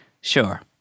sure